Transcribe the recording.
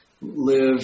live